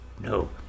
no